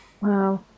Wow